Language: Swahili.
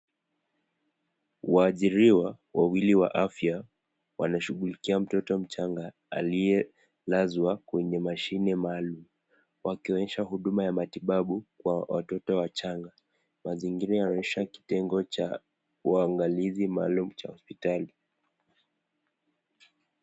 Waajiriwa wawili wa afya wanashughulikia mtoto mchanga aliyelazwa kwenye mashine maalum. Wakionyesha huduma ya matibabu kwa watoto wachanga, mazingira yanaonyesha kitengo cha uangalizi maalum cha hosiptali.